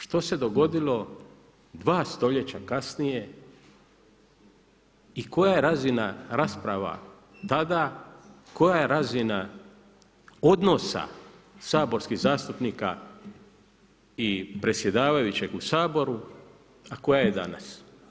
I pitam se što se dogodilo dva stoljeća kasnije i koja je razina rasprava tada, koja je razina odnosa saborskih zastupnika i predsjedavajućeg u Saboru, a koja je danas?